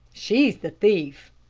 she's the thief.